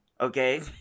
okay